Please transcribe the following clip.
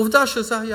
עובדה שזה היה.